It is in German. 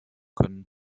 können